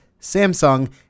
samsung